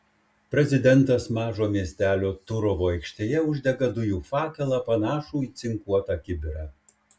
prezidentas mažo miestelio turovo aikštėje uždega dujų fakelą panašų į cinkuotą kibirą